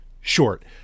short